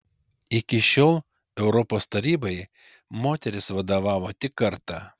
iki šiol europos tarybai moteris vadovavo tik kartą